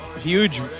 huge